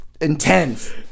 intense